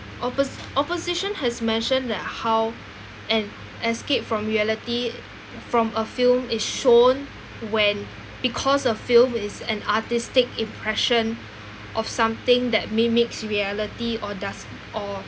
oppos~ opposition has mentioned that how an escape from reality from a film is shown when because a film is an artistic impression of something that mimics reality or does or